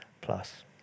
plus